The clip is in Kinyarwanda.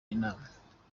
inama